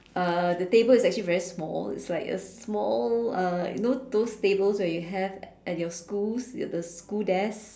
uh the table is actually very small it's like a small uh you know those tables that you have at your schools the school desk